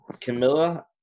Camilla